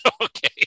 Okay